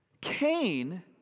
Cain